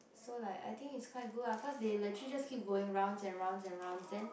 so like I think is quite good ah cause they legit just keep going rounds and rounds and rounds then